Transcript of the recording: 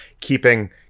keeping